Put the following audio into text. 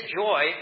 joy